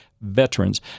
veterans